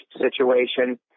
situation